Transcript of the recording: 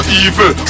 evil